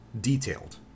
detailed